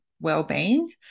well-being